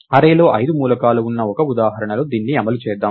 array లో ఐదు మూలకాలు ఉన్న ఒకే ఉదాహరణలో దీన్ని అమలు చేద్దాం